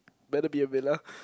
better be a villa